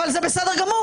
אבל זה בסדר גמור.